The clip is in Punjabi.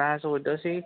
ਮੈਂ ਸੋਚਦਾ ਸੀ